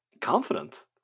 confident